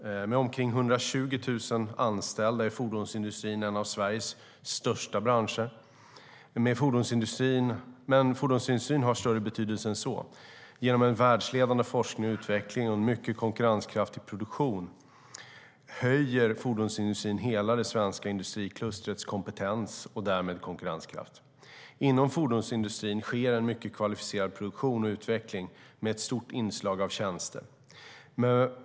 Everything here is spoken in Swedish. Med omkring 120 000 anställda är fordonsindustrin en av Sveriges största branscher. Men fordonsindustrin har större betydelse än så. Genom en världsledande forskning och utveckling och en mycket konkurrenskraftig produktion höjer fordonsindustrin hela det svenska industriklustrets kompetens och därmed konkurrenskraft. Inom fordonsindustrin sker en mycket kvalificerad produktion och utveckling med ett stort inslag av tjänster.